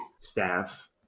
staff